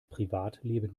privatleben